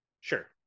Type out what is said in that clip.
Sure